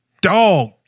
dog